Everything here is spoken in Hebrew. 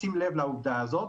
לשים לב גם לעובדה הזאת.